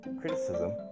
criticism